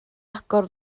agor